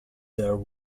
there